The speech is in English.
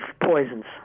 poisons